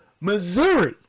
Missouri